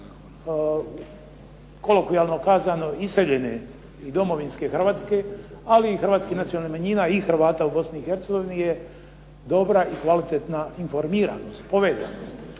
kolokvijalno kazano iseljene i domovinske Hrvatske ali i hrvatskih nacionalnih manjina i Hrvata u Bosni i Hercegovini je dobra i kvalitetna informiranost, povezanost.